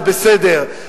זה בסדר,